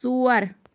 ژور